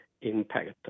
impact